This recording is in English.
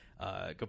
go